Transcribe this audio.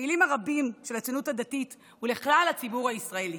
לפעילים הרבים של הציונות הדתית ולכלל הציבור הישראלי.